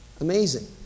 Amazing